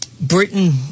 Britain